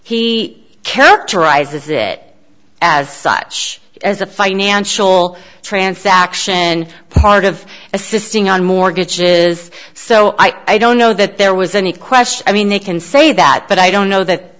he characterizes it as such as a financial transaction and part of assisting on mortgages so i don't know that there was any question i mean they can say that but i don't know that